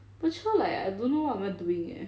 like I don't know what am I doing eh